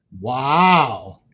Wow